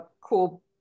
cool